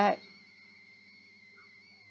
at